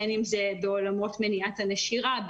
בין אם זה בעולמות מניעת הנשירה,